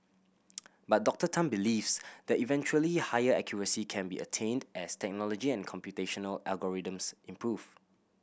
but Doctor Tan believes that eventually higher accuracy can be attained as technology and computational algorithms improve